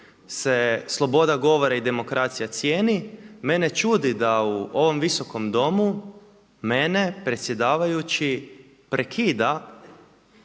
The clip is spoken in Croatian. se sloboda govora i demokracija cijeni, mene čudi da u ovom Visokom domu, mene predsjedavajući prekida